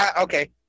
Okay